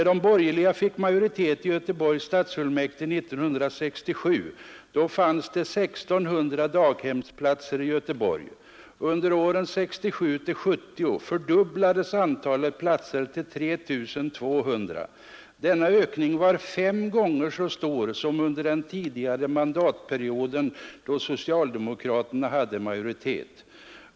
är de borgerliga fick majoritet i Göteborgs stadsfullmäktige 1967. fanns 1 600 daghemsplatser i Göteborg. Under åren 1967—1970 fördubblades antalet platser till 3 200. Denna ökning var fem gånger så stor som under den tidigare mandatperioden, då socialdemokraterna hade majoritet.